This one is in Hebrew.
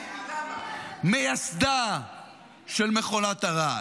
--- מייסדה של מכונת הרעל,